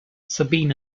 sabine